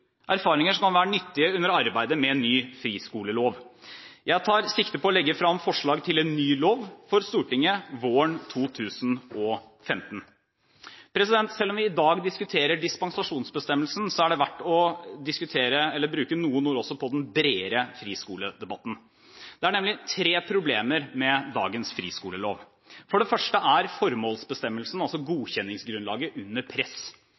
erfaringer som kan være nyttige under arbeidet med ny friskolelov. Jeg tar sikte på å legge frem for Stortinget et forslag til en ny lov våren 2015. Selv om vi i dag diskuterer dispensasjonsbestemmelsen, er det verdt å bruke noen ord også på den bredere friskoledebatten. Det er nemlig tre problemer med dagens friskolelov: For det første er formålsbestemmelsen, altså godkjenningsgrunnlaget, under press.